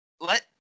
let